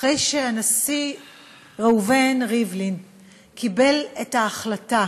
אחרי שהנשיא ראובן ריבלין קיבל את ההחלטה